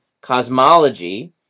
cosmology